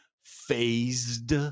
phased